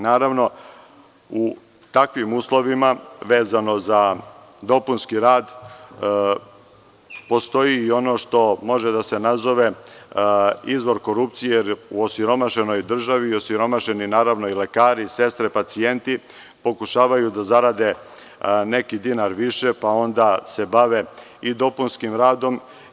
Naravno, u takvim uslovima, vezano za dopunski rad, postoji i ono što može da se nazove izvor korupcije, jer u osiromašenoj državi i osiromašeni lekari, sestre, pacijenti, pokušavaju da zarade neki dinar više, pa se onda bave i dopunskim radom.